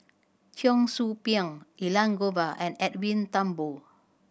Cheong Soo Pieng Elangovan and Edwin Thumboo